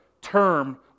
term